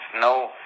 no